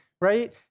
right